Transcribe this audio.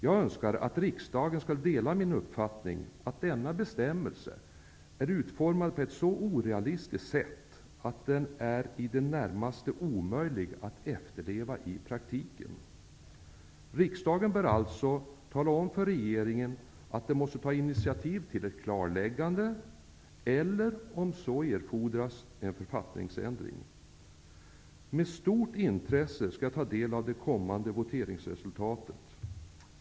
Jag önskar att riksdagen skall dela min uppfattning att denna bestämmelse är utformad på ett så orealistiskt sätt att den i det närmaste är omöjlig att efterleva i praktiken. Riksdagen bör alltså tala om för regeringen att den måste ta initiativ till ett klarläggande eller, om så erfordras, en författningsändring. Jag skall med stort intresse ta del av det kommande voteringsresultatet.